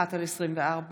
ו-פ/1281/24,